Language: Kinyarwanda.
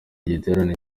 giterane